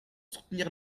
soutenir